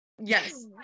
Yes